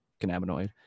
cannabinoid